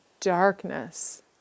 darkness